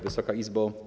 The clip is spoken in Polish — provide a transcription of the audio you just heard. Wysoka Izbo!